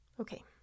Okay